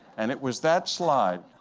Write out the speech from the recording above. and it was that slide